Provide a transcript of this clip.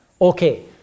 Okay